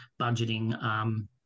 budgeting